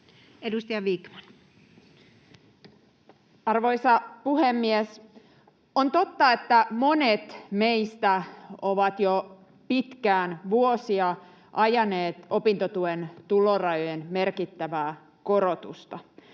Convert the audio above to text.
Content: Arvoisa puhemies! On totta, että monet meistä ovat jo pitkään, vuosia, ajaneet opintotuen tulorajojen merkittävää korotusta,